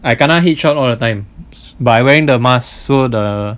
I kena headshot all the time but I wearing the masks so the